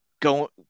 Go